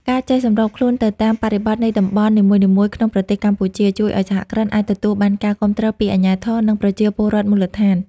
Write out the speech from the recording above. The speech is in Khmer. ការចេះសម្របខ្លួនទៅតាមបរិបទនៃតំបន់នីមួយៗក្នុងប្រទេសកម្ពុជា ជួយឱ្យសហគ្រិនអាចទទួលបានការគាំទ្រពីអាជ្ញាធរ និងប្រជាពលរដ្ឋមូលដ្ឋាន។